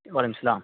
وعلیکم اسلام